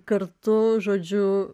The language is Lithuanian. kartu žodžiu